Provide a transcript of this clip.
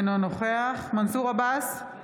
אינו נוכח מנסור עבאס,